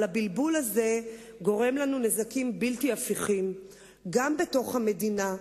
אבל הבלבול הזה גורם לנו נזקים בלתי הפיכים גם בתוך המדינה,